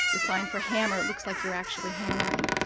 the sign for hammer looks like you're actually hammering.